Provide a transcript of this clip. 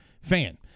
fan